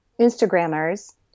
Instagrammers